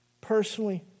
Personally